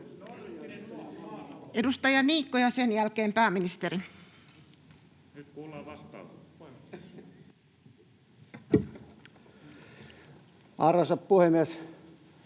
Edustaja Niikko ja sen jälkeen pääministeri. [Eduskunnasta: